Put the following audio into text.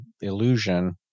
illusion